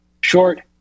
short